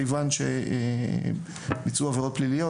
כיוון שביצעו עבירות פליליות,